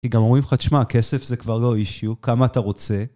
כי גם אומרים לך, שמע, כסף זה כבר לא אישיו, כמה אתה רוצה.